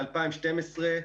מ-2012,